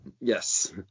Yes